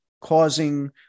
causing